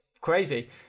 crazy